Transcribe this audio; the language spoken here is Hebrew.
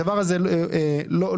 הדבר הזה לא ייתכן.